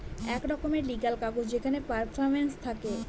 এক রকমের লিগ্যাল কাগজ যেখানে পারফরম্যান্স থাকে